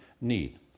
need